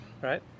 right